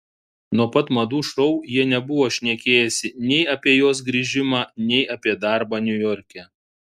nuo pat madų šou jie nebuvo šnekėjęsi nei apie jos grįžimą nei apie darbą niujorke